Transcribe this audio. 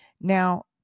Now